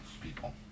people